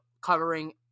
covering